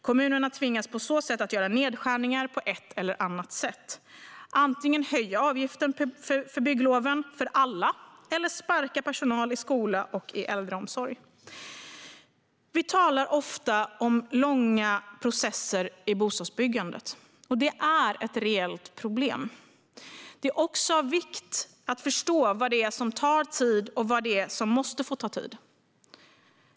Kommunerna tvingas då att göra nedskärningar på ett eller annat sätt. Antingen höjer de avgifterna för byggloven för alla eller så sparkar de personal i skola och äldreomsorg. Vi talar ofta om långa processer i bostadsbyggandet, och det är ett reellt problem. Det är också av vikt att förstå vad det är som tar tid och vad det är som måste få ta tid.